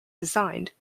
designed